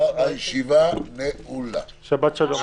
הישיבה ננעלה בשעה 15:00.